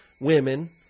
women